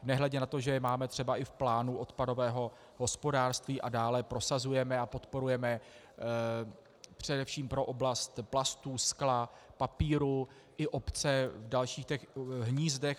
Nehledě na to, že je máme třeba i v plánu odpadového hospodářství a dále je prosazujeme a podporujeme především pro oblast plastů, skla, papíru, i obce, v dalších hnízdech.